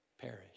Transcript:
perish